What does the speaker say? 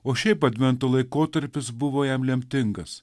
o šiaip advento laikotarpis buvo jam lemtingas